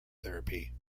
therapy